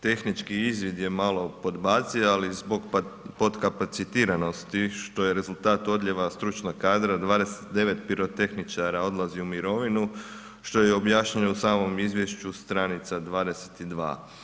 Tehnički izvid je malo podbacio, ali zbog potkapacitiranosti, što je rezultat odljeva stručnog kadra, 29 pirotehničara odlazi u mirovinu, što je i objašnjeno u samom izvješću, stranica 22.